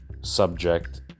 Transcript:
subject